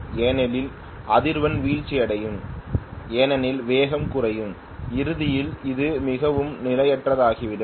ஏனெனில் அதிர்வெண் வீழ்ச்சியடையும் ஏனெனில் வேகம் குறையும் இறுதியில் அது மிகவும் நிலையற்றதாகிவிடும்